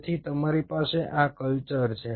તેથી તમારી પાસે આ કલ્ચર છે